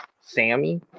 Sammy